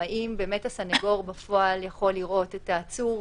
אם הסנגור בפועל יכול לראות את העצור,